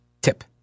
tip